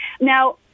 Now